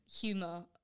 humor